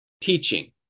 teaching